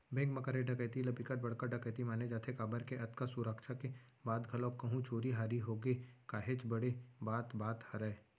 bank म करे डकैती ल बिकट बड़का डकैती माने जाथे काबर के अतका सुरक्छा के बाद घलोक कहूं चोरी हारी होगे काहेच बड़े बात बात हरय